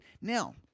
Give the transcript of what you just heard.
Now